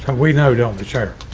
we know down the chart,